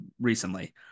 recently